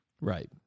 Right